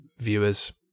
viewers